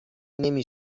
نمی